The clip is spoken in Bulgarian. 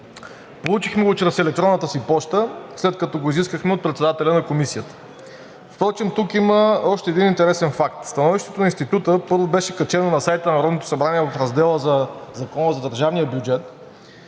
Получихме го чрез електронната си поща, след като го изискахме от председателя на Комисията. Впрочем тук има още един интересен факт. Становището на Института първо беше качено на сайта на Народното събрание в раздела за Закона за държавния бюджет,